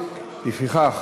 לפיכך,